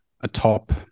atop